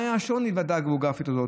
מה היה השוני בוועדה הגיאוגרפית הזאת?